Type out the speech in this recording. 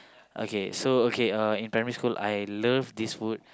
okay so okay uh in primary school I love this food